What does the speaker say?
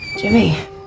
Jimmy